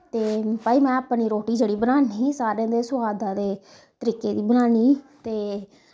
ते भाई मैं अपनी जेह्ड़ी रोटी बनानी सारें दे सोआद दा ते तरीके दी बनानी ते